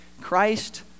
Christ